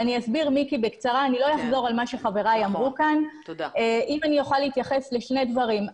אני סביר בקצרה ולא אחזור על מה שאמרו חבריי ואני אתייחס לשני דברים.